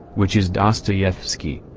which is dostoyevsky.